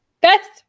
best